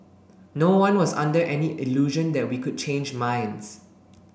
no one was under any illusion that we could change minds